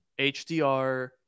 HDR